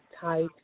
tight